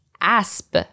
asp